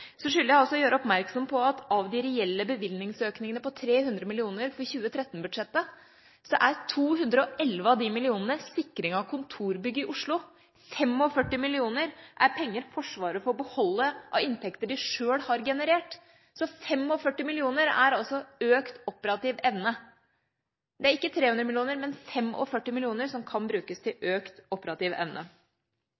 jeg å gjøre oppmerksom på at av de reelle bevilgningsøkningene på 300 mill. kr for 2013-budsjettet er 211 av disse millionene sikring av kontorbygg i Oslo. 45 mill. kr er penger Forsvaret får beholde av inntekter de sjøl har generert. Så 45 mill. kr er altså økt operativ evne. Det er ikke 300 mill. kr, men 45 mill. kr som kan brukes til